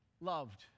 loved